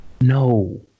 No